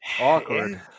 Awkward